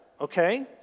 Okay